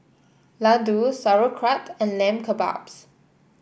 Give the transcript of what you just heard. Ladoo Sauerkraut and Lamb Kebabs